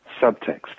subtext